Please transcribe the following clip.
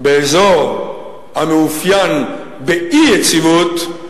באזור המאופיין באי-יציבות,